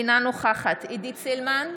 אינה נוכחת עידית סילמן,